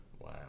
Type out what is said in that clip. Wow